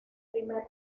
primer